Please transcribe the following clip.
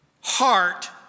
heart